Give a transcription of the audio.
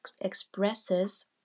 expresses